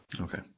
Okay